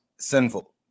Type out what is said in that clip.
sinful